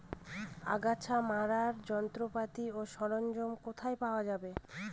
আগাছা মারার যন্ত্রপাতি ও সরঞ্জাম কোথায় পাওয়া যাবে?